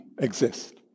exist